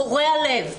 קורע לב.